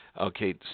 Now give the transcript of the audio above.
Okay